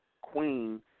Queen